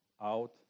out